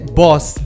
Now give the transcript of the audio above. boss